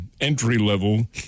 entry-level